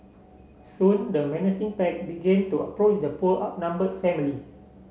soon the menacing pack begin to approach the poor outnumbered family